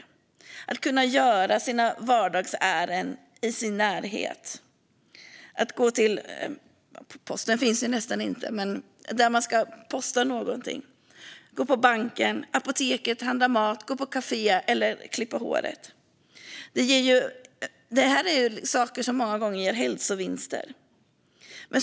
Det handlar om att kunna göra sina vardagsärenden i sin närhet. Där kan man då göra sina postärenden. Man kan gå till banken, gå till apoteket, handla mat, gå på kafé eller klippa håret. Det är saker som många gånger ger hälsovinster.